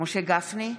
משה גפני,